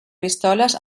pistoles